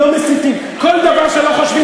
לא מסיתים, כל דבר שלא חושבים כמוך, מסיתים.